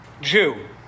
Jew